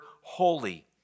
holy